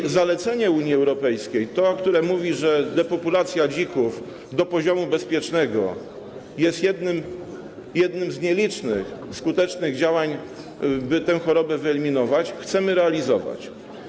I zalecenie Unii Europejskiej, to, które mówi, że depopulacja dzików do poziomu bezpiecznego jest jednym z nielicznych skutecznych działań, by tę chorobę wyeliminować, chcemy realizować.